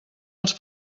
els